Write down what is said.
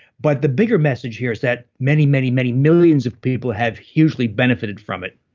but the bigger message here is that many, many, many millions of people have hugely benefited from it.